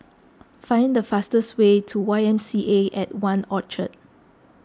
find the fastest way to Y M C A at one Orchard